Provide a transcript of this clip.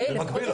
צריכה --- נכון.